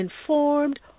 informed